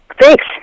Thanks